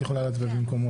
את יכולה להצביע במקומו,